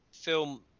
film